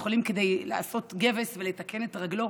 חולים כדי לעשות גבס ולתקן את רגלו,